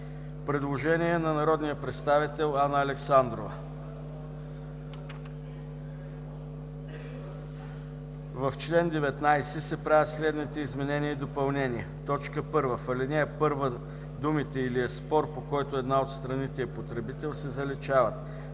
Предложение на народния представител Анна Александрова: „В чл. 19 се правят следните изменения и допълнения: 1. В ал. 1 думите „или е спор, по който една от страните е потребител“ се заличават.